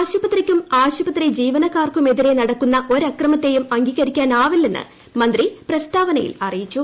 ആശുപത്രിയ്ക്കും ആശുപത്രി ജീവനക്കാർക്കുമെതിരെ നടക്കുന്ന ഒരക്രമത്തേയും അംഗീകരിക്കാനാവില്ലെന്ന് മന്ത്രി പ്രസ്താവനയിൽ അറിയിച്ചു